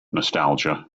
nostalgia